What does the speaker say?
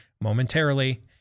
momentarily